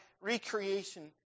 recreation